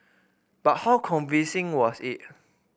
but how convincing was it